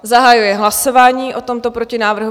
Zahajuji hlasování o tomto protinávrhu.